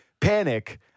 panic